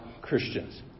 Christians